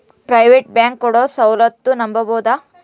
Private bank ಕೊಡೊ ಸೌಲತ್ತು ನಂಬಬೋದ?